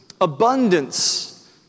abundance